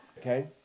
okay